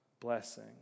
blessing